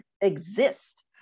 exist